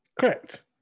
Correct